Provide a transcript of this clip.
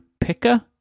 picker